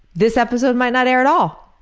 this episode might not air at all,